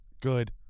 good